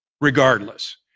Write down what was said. Regardless